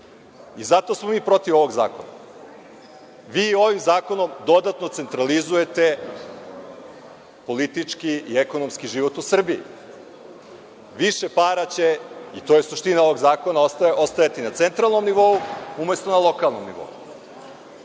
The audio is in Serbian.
Zato smo mi protiv ovog zakona. Vi ovim zakonom dodatno centralizujete politički i ekonomski život u Srbiji. Više para će, i to je suština ovog zakona, ostajati na centralnom nivou umesto na lokalnom nivou,